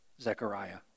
Zechariah